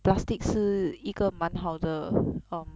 plastic 是一个蛮好的 um